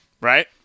Right